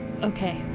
Okay